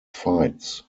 fights